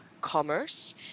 commerce